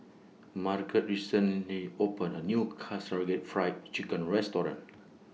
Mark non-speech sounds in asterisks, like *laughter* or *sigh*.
Marget recently opened A New *unintelligible* Fried Chicken Restaurant